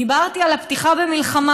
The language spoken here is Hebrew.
דיברתי גם על הפתיחה במלחמה,